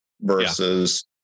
versus